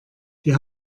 die